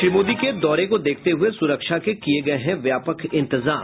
श्री मोदी के दौरे को देखते हुये सुरक्षा के किये गये हैं व्यापक इंतजाम